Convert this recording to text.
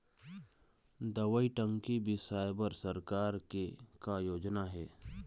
दवई टंकी बिसाए बर सरकार के का योजना हे?